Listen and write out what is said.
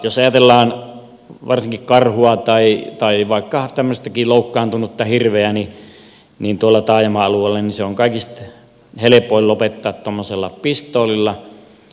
jos ajatellaan varsinkin karhua tai vaikka tämmöistäkin loukkaantunutta hirveä tuolla taajama alueella niin se on kaikista helpoin lopettaa tuommoisella pistoolilla